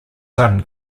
son